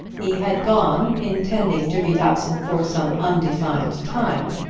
he had gone intending to be absent for some undefined time,